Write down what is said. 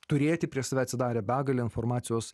turėti prieš save atsidarę begalę informacijos